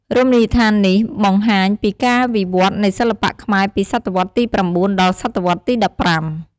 រមណីយដ្ឋាននេះបង្ហាញពីការវិវឌ្ឍន៍នៃសិល្បៈខ្មែរពីសតវត្សទី ៩ ដល់សតវត្សទី ១៥។